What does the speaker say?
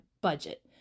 budget